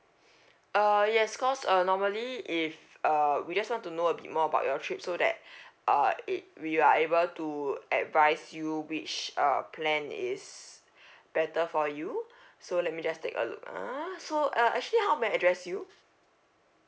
uh yes cause uh normally if uh we just want to know a bit more about your trip so that uh it we are able to advise you which uh plan is better for you so let me just take a look ah so uh actually how may I address you